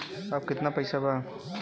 अब कितना पैसा बा?